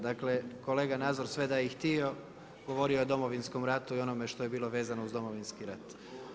Dakle, kolega Nazor sve da je i htio govorio je o Domovinskom ratu i onome što je bilo vezano uz Domovinski rat.